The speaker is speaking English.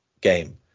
game